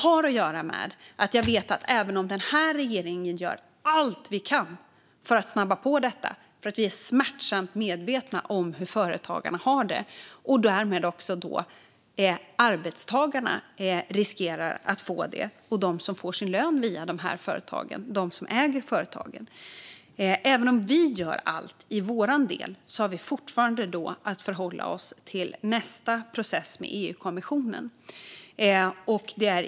Jag vet ju att även om den här regeringen gör allt vi kan för att snabba på detta, eftersom vi är smärtsamt medvetna om hur företagarna har det och därmed också hur arbetstagarna, alltså de som får sin lön via de här företagen, riskerar att få det, har vi fortfarande att förhålla oss till nästa process med EU-kommissionen.